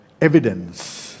evidence